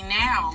now